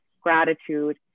gratitude